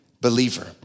believer